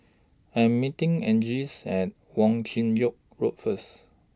I Am meeting Angeles At Wong Chin Yoke Road First